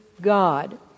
God